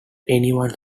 anyone